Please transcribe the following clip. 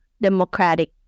democratic